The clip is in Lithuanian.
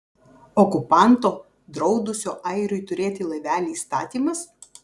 okupanto draudusio airiui turėti laivelį įstatymas